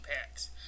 packs